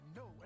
no